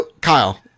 Kyle